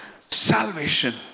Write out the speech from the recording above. salvation